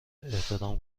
احترام